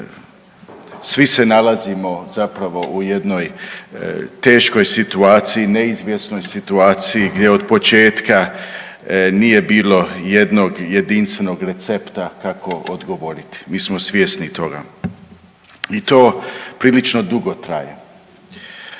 svi se nalazimo zapravo u jednoj teškoj situaciji, neizvjesnoj situaciji gdje od početka nije bilo jednog jedinstvenog recepta kako odgovoriti, mi smo svjesni toga i to prilično dugo traje.